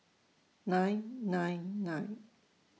nine nine nine